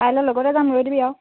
কাইলৈ লগতে যাম ৰৈ দিবি আৰু